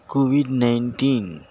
COVID nineteen